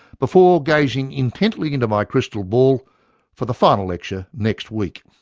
before gazing intently into my crystal ball for the final lecture next week.